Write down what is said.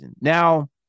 Now